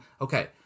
okay